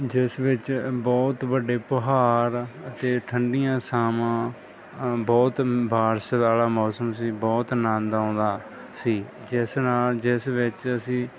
ਜਿਸ ਵਿੱਚ ਬਹੁਤ ਵੱਡੇ ਪਹਾੜ ਅਤੇ ਠੰਡੀਆਂ ਛਾਵਾਂ ਬਹੁਤ ਬਾਰਿਸ਼ ਵਾਲਾ ਮੌਸਮ ਸੀ ਬਹੁਤ ਆਨੰਦ ਆਉਂਦਾ ਸੀ ਜਿਸ ਨਾਲ ਜਿਸ ਵਿੱਚ ਅਸੀਂ